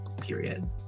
Period